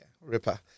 Ripper